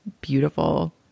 beautiful